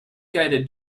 guided